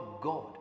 God